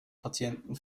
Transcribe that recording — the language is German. patienten